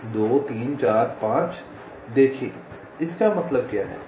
2 3 4 5 देखें इसका मतलब क्या है